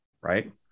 Right